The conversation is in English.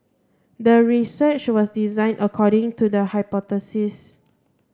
the research was designed according to the hypothesis